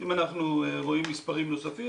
אם אנחנו רואים מספרים נוספים,